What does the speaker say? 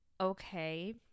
Okay